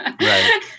Right